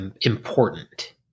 important